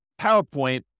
PowerPoint